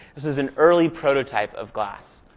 this is an early prototype of glass.